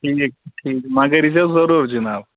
ٹھیٖک چھِ ٹھیٖک چھِ مگر ییٖزیٚو ضروٗر جِناب